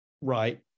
right